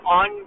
on